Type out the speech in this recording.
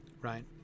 right